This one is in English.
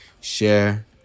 share